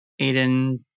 Aiden